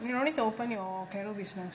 you want me to open your carou business